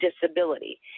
disability